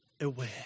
aware